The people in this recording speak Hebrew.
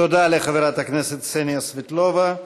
תודה לחברת הכנסת קסניה סבטלובה.